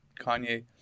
Kanye